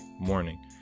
morning